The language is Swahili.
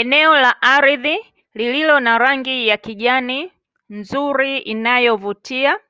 Eneo la ardhi lililo na rangi ya kijani nzuri inayovutia,